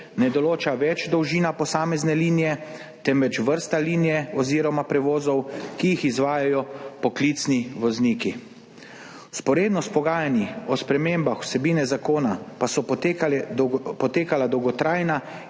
ne določa več dolžina posamezne linije, temveč vrsta linije oziroma prevozov, ki jih izvajajo poklicni vozniki. Vzporedno s pogajanji o spremembah vsebine zakona pa so potekala dolgotrajna